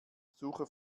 suche